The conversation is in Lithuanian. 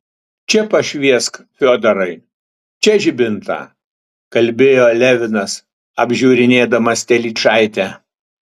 čia pašviesk fiodorai čia žibintą kalbėjo levinas apžiūrinėdamas telyčaitę